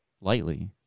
lightly